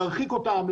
להרחיק אותם,